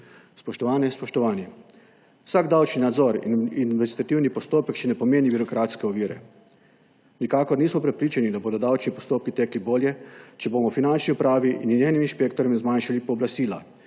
Spoštovane, spoštovani, vsak davčni nadzor in administrativni postopek še ne pomeni birokratske ovire. Nikakor nismo prepričani, da bodo davčni postopki tekli bolje, če bomo Finančni upravi in njenim inšpektorjem zmanjšali pooblastila,